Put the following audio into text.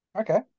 Okay